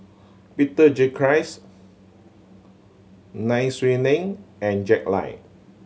Peter Gilchrist Nai Swee Leng and Jack Lai